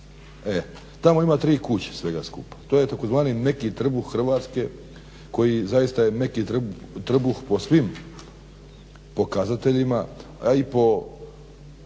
Tamo ima 3 kuće svega skupa. To je tzv. meki trbuh Hrvatske koji zaista je meki trbuh po svim pokazateljima, a i po